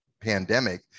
pandemic